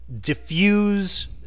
Diffuse